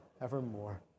evermore